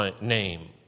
name